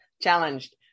Challenged